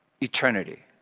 eternity